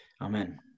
Amen